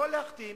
לא להכתים,